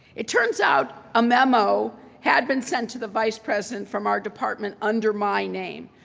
it turns out a memo had been sent to the vice president from our department under my name,